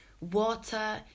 water